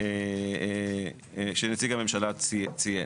שנציג הממשלה ציין.